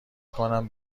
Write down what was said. کنم